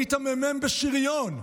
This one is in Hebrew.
היית מ"מ בשריון,